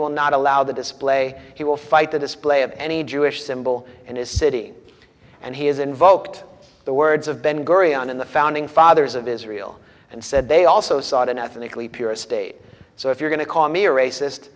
will not allow the display he will fight the display of any jewish symbol in his city and he has invoked the words of ben gurion in the founding fathers of israel and said they also sought an ethnically pure state so if you're going to call me a racist